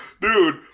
Dude